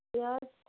پیاز